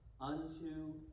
unto